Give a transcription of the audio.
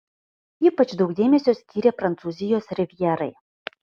ypač daug dėmesio skyrė prancūzijos rivjerai